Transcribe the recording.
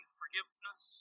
forgiveness